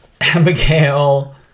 Abigail